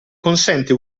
consente